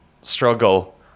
struggle